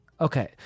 Okay